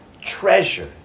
treasure